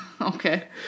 Okay